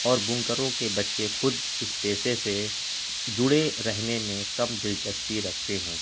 اور بمکروں کے بچے خود اس پیشے سے جڑے رہنے میں کم دلچسپی رکھتے ہیں